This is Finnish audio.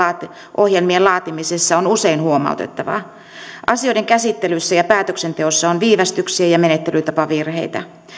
ohjelmien laatimisessa on usein huomautettavaa asioiden käsittelyssä ja päätöksenteossa on viivästyksiä ja menettelytapavirheitä